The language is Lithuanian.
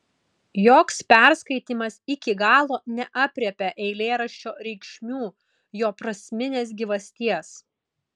joks perskaitymas iki galo neaprėpia eilėraščio reikšmių jo prasminės gyvasties